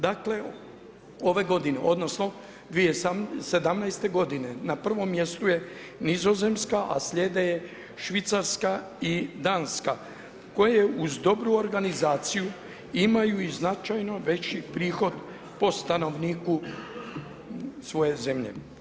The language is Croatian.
Dakle, ove godine odnosno 20o17. godine na prvom mjestu je Nizozemska, a slijede je Švicarska i Danska koje uz dobru organizaciju imaju i značajno veći prihod po stanovniku svoje zemlje.